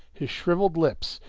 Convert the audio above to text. his shrivelled lips,